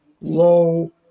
low